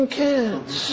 kids